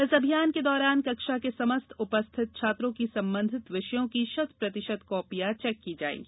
इस अभियान के दौरान कक्षा के समस्त उपस्थित छात्रों की संबंधित विषयों की शत प्रतिशत कापियां चेक की जायेगी